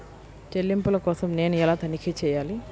చెల్లింపుల కోసం నేను ఎలా తనిఖీ చేయాలి?